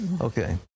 Okay